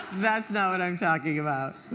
that's not what i am talking about.